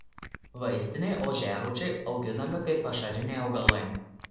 vaistiniai ožiarūčiai auginami kaip pašariniai augalai